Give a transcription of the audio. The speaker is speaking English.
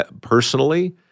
Personally